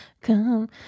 Come